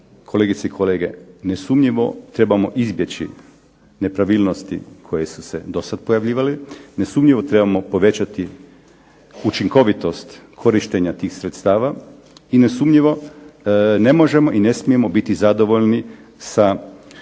kolegice i kolege nesumnjivo trebamo izbjeći nepravilnosti koje su se do sad pojavljivale. Nesumnjivo trebamo povećati učinkovitost korištenja tih sredstava i nesumnjivo ne možemo i ne smijemo biti zadovoljni sa